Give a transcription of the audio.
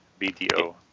BTO